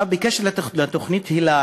בקשר לתוכנית היל"ה,